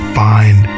find